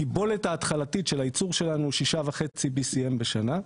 הקיבולת ההתחלתית של הייצור שלנו הוא BCM6.5 בשנה,